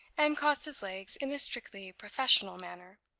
and crossed his legs in a strictly professional manner.